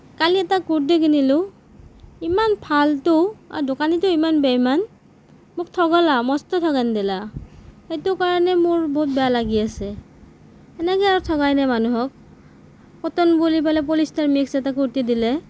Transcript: কালি এটা কুৰ্তি কিনিলোঁ ইমান ফাল্টু আৰু দোকানীটো ইমান বেইমান মোক ঠগিলে মস্ত ঠগন দিলে সেইটো কাৰণে মোৰ বহুত বেয়া লাগি আছে সেনেকে আৰু ঠগাই নে মানুহক কটন বুলি পেলাই পলিষ্টাৰ মিক্স এটা কুৰ্তি দিলে